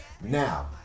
Now